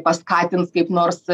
paskatins kaip nors